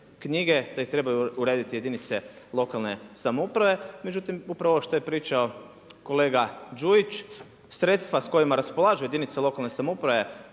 knjige, da ih treba urediti jedinice lokalne samouprave, međutim upravo ovo što je pričao kolega Đujić, sredstva s kojima raspolažu jedinice lokalne samouprave